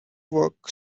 work